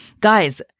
Guys